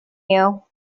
you